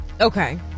Okay